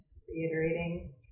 reiterating